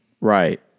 Right